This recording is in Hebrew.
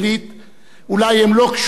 אולי הם לא קשורים בעבודתו,